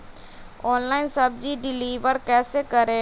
Online सब्जी deliver कैसे करें?